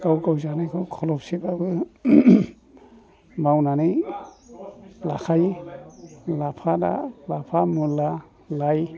गावगाव जानायखौ खलबसेब्लाबो मावनानै जाखायो लाफाब्ला लाफा मुला लाय